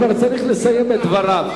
הוא כבר צריך לסיים את דבריו.